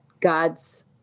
God's